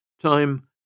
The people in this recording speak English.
Time